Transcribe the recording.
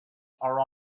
are